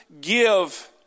give